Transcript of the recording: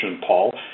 Paul